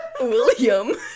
William